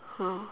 !huh!